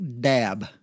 dab